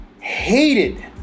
hated